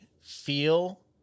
feel